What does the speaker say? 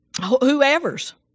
whoever's